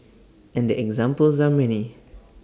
and the examples are many